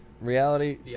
Reality